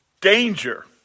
Danger